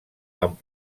amb